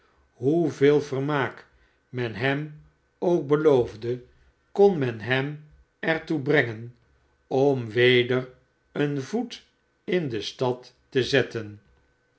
hoeveel vermaak men hem ook beloofde kon men hem er toe brengen om weder een voet in de stad te zetten